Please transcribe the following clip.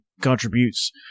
contributes